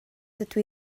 dydw